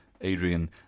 Adrian